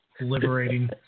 liberating